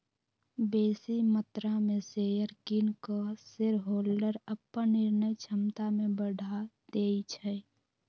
बेशी मत्रा में शेयर किन कऽ शेरहोल्डर अप्पन निर्णय क्षमता में बढ़ा देइ छै